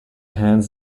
hands